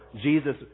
Jesus